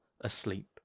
asleep